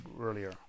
earlier